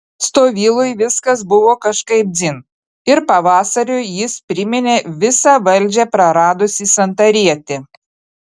stovylui viskas buvo kažkaip dzin ir pavasariui jis priminė visą valdžią praradusį santarietį